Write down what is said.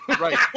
Right